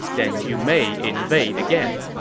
then you may invade again.